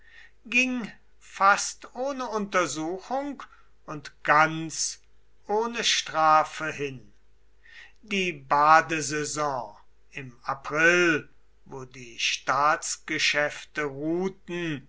ging fast ohne untersuchung und ganz ohne strafe hin die badesaison im april wo die staatsgeschäfte ruhten